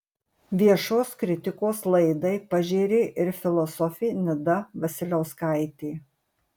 viešos kritikos laidai pažėrė ir filosofė nida vasiliauskaitė